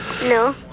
No